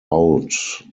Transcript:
out